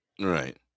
right